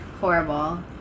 Horrible